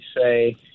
say